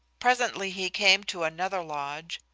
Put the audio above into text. presently he came to another lodge,